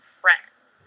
friends